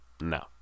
No